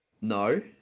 No